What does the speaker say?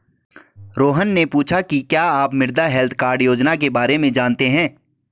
रोहन ने पूछा कि क्या आप मृदा हैल्थ कार्ड योजना के बारे में जानते हैं?